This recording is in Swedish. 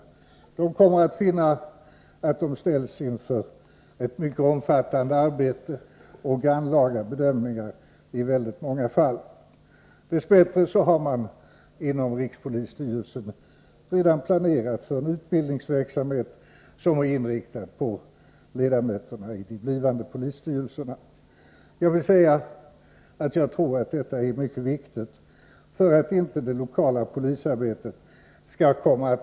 ?De komer attrfinnavattsäe ställslinfördetti mycket omfattande arbete och grafinlåga bedömningari väldigt mångacdalkd stlod DESS bättre har! iran Inom rikspolisstyrelsén sredan iplånerat; sför len utbildfingsverksärmhet! som 1ät>intiktad på! dledarhöternalii deblivarndes polisstyrelserna. Jag trorratt dettalärmycketsviktigt för attiinté détilokala; polisarbetet skall komma'!ått!